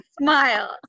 smile